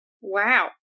Wow